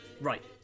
Right